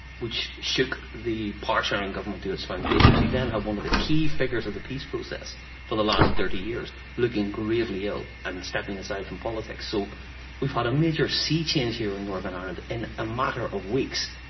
which shook the power-sharing government to its foundations, you then have one of the key figures of the peace process for the last thirty years looking gravely ill and stepping aside from politics. so we've had a major sea change here in northern ireland in a matter of weeks.